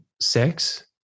sex